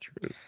true